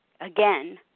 Again